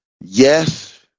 yes